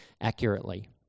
accurately